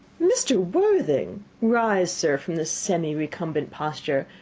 mr. worthing! rise, sir, from this semi-recumbent posture.